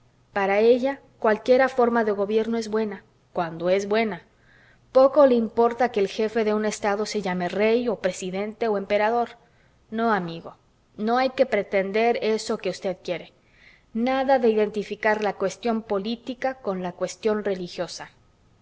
para ella cualquiera forma de gobierno es buena cuándo es buena poco le importa que el jefe de un estado se llame rey o presidente o emperador no amigo no hay que pretender eso que usted quiere nada de identificar la cuestión política con la cuestión religiosa